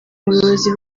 buyobozi